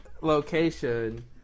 location